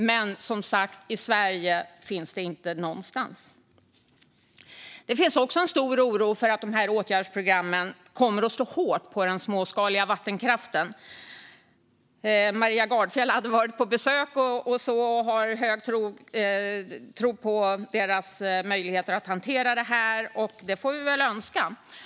Men i Sverige finns det inte någonstans. Det finns också en stor oro för att de här åtgärdsprogrammen kommer att slå hårt mot den småskaliga vattenkraften. Maria Gardfjell hade varit på besök och har en hög tilltro till deras möjligheter att hantera det här, och det får vi väl önska.